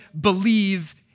believe